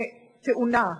האלה.